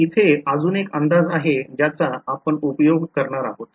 तर इथे अजून एक अंदाज आहे ज्याचा आपण उपयोग करणार आहोत